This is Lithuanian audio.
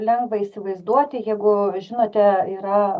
lengva įsivaizduoti jeigu žinote yra